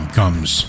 comes